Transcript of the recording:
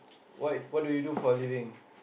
what what do you do for a living